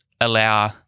allow